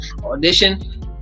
audition